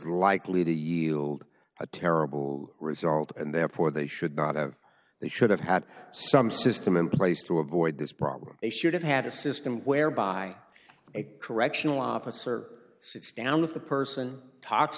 likely to yield a terrible result and therefore they should not have they should have had some system in place to avoid this problem they should have had a system whereby a correctional officer sits down with the person talks